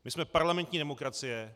My jsme parlamentní demokracie.